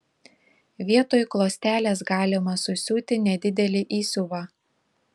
vietoj klostelės galima susiūti nedidelį įsiuvą